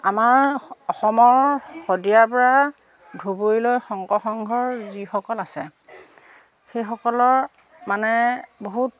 আমাৰ অসমৰ শদিয়াৰ পৰা ধুবুৰীলৈ শংকৰ সংঘৰ যিসকল আছে সেইসকলৰ মানে বহুত